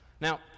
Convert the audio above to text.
Now